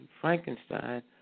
Frankenstein